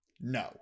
no